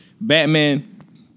Batman